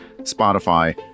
Spotify